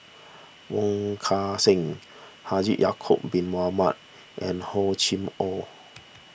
Wong Kan Seng Haji Ya'Acob Bin Mohamed and Hor Chim or